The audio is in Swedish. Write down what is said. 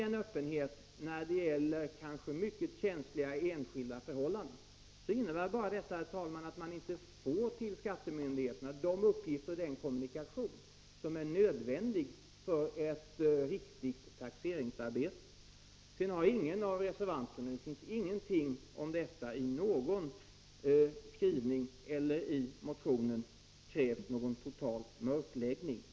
En öppenhet när det gäller mycket känsliga enskilda förhållanden innebär, herr talman, att skattemyndigheterna inte får in de uppgifter och inte kan upprätthålla den kommunikation som är nödvändig för ett riktigt taxeringsarbete. Ingen av reservanterna har krävt någon total mörkläggning. Det finns ingenting om detta i någon skrivning.